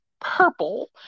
Purple